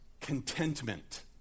contentment